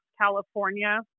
California